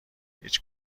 هیچ